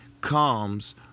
comes